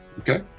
Okay